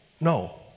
no